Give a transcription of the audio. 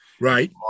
right